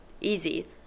Easy